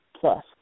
plus